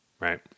right